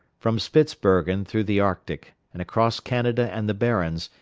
from spitzbergen through the arctic, and across canada and the barrens,